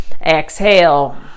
exhale